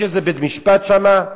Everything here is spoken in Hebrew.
יש איזה בית-משפט שם?